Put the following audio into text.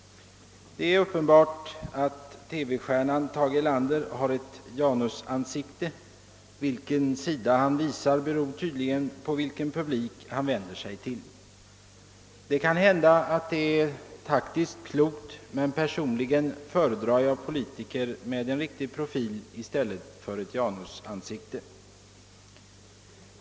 Det är uppenbart att TV-stjärnan Tage Erlander har ett Janusansikte. Vilken sida han visar beror tydligen på den publik han vänder sig till. Detta är måhända taktiskt klokt, men personligen föredrar jag politiker med en bestämd profil i stället för ett Janusansikte.